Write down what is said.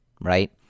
Right